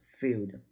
field